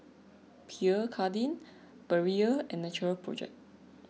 Pierre Cardin Perrier and Natural Project